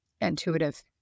intuitive